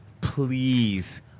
please